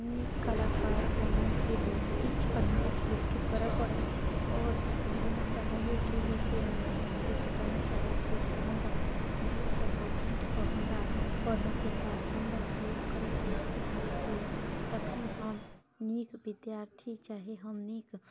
नीक कलाकार बनऽके लेल किछु प्रयास लोकके करऽ पड़ै छै आओर जेना पढ़ाइएके विषयमे हम किछु बनऽ चाहै छी तऽ हमरा भोर सँ भोर उठिके हमरा पढ़ऽके हैत हमरा प्रयोग करैके हैत किताबके तखने हम नीक विद्यार्थी चाहे हम नीक